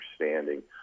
understanding